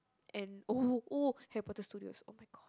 and oh oh Harry-Potter studio [oh]-my-god